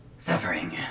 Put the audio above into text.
Suffering